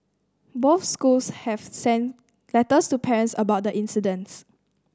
both schools have sent letters to parents about the incidents